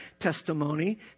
testimony